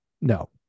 no